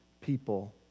people